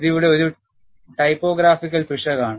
ഇത് ഇവിടെ ഒരു ടൈപ്പോഗ്രാഫിക്കൽ പിശകാണ്